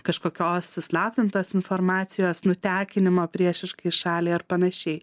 kažkokios įslaptintos informacijos nutekinimo priešiškai šaliai ar panašiai